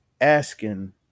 asking